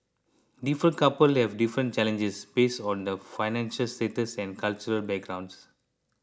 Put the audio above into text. different couple have different challenges based on their financial status and cultural backgrounds